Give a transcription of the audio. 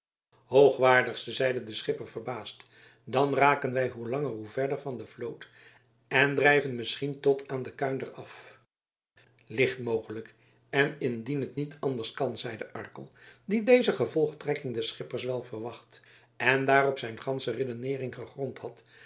hoogwaardigste zeide de schipper verbaasd dan raken wij hoe langer hoe verder van de vloot en drijven misschien tot aan de kuinder af licht mogelijk en indien het niet anders kan zeide arkel die deze gevolgtrekking des schippers wel verwacht en daarop zijn gansche redeneering gegrond had